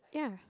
yeah